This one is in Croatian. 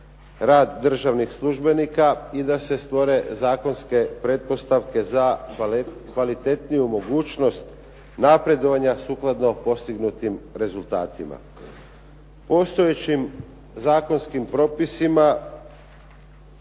rad državnih službenika i da se stvore zakonske pretpostavke za kvalitetniju mogućnost napredovanja sukladno postignutim rezultatima. Postojećim zakonskim propisima